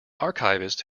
archivists